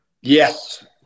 Yes